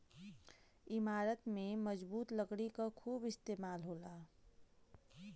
इमारत में मजबूत लकड़ी क खूब इस्तेमाल होला